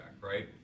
right